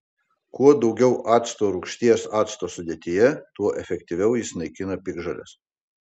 kuo daugiau acto rūgšties acto sudėtyje tuo efektyviau jis naikina piktžoles